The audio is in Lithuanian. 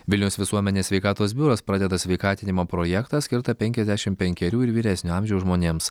vilniaus visuomenės sveikatos biuras pradeda sveikatinimo projektą skirtą penkiasdešimt penkerių ir vyresnio amžiaus žmonėms